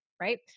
Right